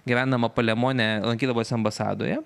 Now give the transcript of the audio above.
gyvendama palemone lankydavosi ambasadoje